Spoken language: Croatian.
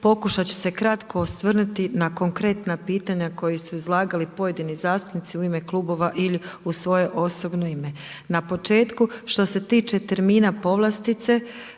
Pokušat ću se kratko osvrnuti na konkretna pitanja koji su izlagali pojedini zastupnici u ime klubova ili u svoje osobno ime. Na početku što se tiče termina povlastice